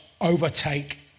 overtake